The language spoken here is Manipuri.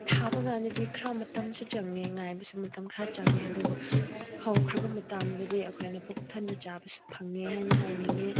ꯊꯥꯕꯀꯥꯟꯗꯗꯤ ꯈꯔ ꯃꯇꯝꯁꯨ ꯆꯪꯉꯦ ꯉꯥꯏꯕꯁꯨ ꯃꯇꯝ ꯈꯔ ꯆꯪꯉꯦ ꯑꯗꯨꯕꯨ ꯍꯧꯈ꯭ꯔꯕ ꯃꯇꯝꯗꯗꯤ ꯑꯩꯈꯣꯏꯅ ꯄꯨꯛ ꯊꯟꯅ ꯆꯥꯕꯁꯨ ꯐꯪꯉꯦ ꯍꯥꯏꯅ ꯍꯥꯏꯅꯤꯡꯉꯦ